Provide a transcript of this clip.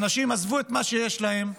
אנשים עזבו את מה שיש להם והתגייסו,